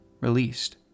released